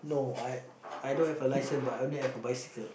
no I I don't have a license but I only have a bicycle